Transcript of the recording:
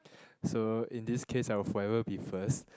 so in this case I will forever be first